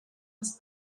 was